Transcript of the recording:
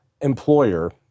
employer